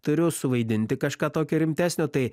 turiu suvaidinti kažką tokio rimtesnio tai